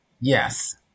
Yes